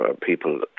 people